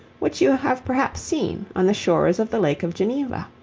which you have perhaps seen, on the shores of the lake of geneva.